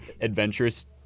adventurous